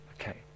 Okay